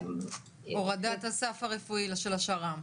--- הורדת הסף הרפואי של השר"מ.